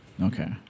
Okay